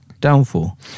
Downfall